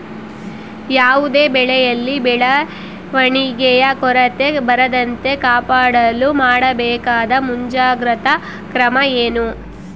ಯಾವುದೇ ಬೆಳೆಯಲ್ಲಿ ಬೆಳವಣಿಗೆಯ ಕೊರತೆ ಬರದಂತೆ ಕಾಪಾಡಲು ಮಾಡಬೇಕಾದ ಮುಂಜಾಗ್ರತಾ ಕ್ರಮ ಏನು?